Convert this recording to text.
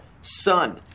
Son